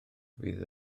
fydd